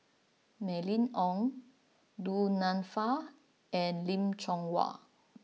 Mylene Ong Du Nanfa and Lim Chong Yah